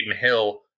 hill